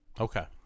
Okay